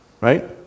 Right